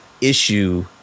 issue